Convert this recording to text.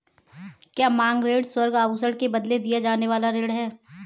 क्या मांग ऋण स्वर्ण आभूषण के बदले दिया जाने वाला ऋण है?